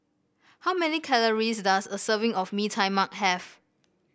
how many calories does a serving of Mee Tai Mak have